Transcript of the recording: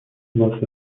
واسه